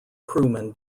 crewmen